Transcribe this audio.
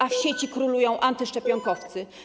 A w sieci królują antyszczepionkowcy.